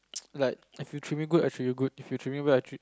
like if you treat me good I treat you good if you treat me bad I treat